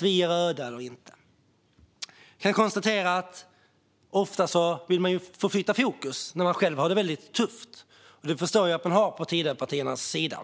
vi är röda eller inte. Ofta vill man ju flytta fokus när man själv har det väldigt tufft, och det förstår jag att man har på Tidöpartiernas sida.